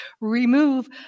remove